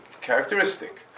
characteristic